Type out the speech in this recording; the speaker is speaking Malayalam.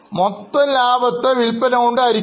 മൊത്ത ലാഭത്തെ വിൽപ്പന കൊണ്ട് ഹരിക്കുന്നു